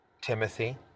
Timothy